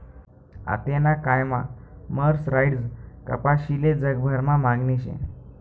आतेना कायमा मर्सराईज्ड कपाशीले जगभरमा मागणी शे